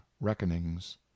reckonings